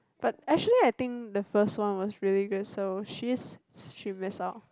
but actually I think the first one was really good so she's she miss out